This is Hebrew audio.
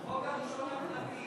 זה החוק הפרטי הראשון.